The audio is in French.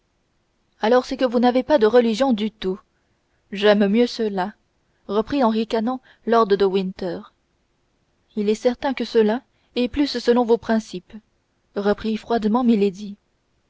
alors c'est que vous n'avez pas de religion du tout j'aime mieux cela reprit en ricanant lord de winter il est certain que cela est plus selon vos principes reprit froidement milady oh je